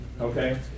okay